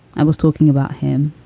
i was talking about him